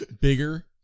Bigger